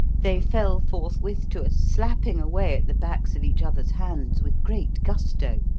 they fell forthwith to slapping away at the backs of each other's hands with great gusto,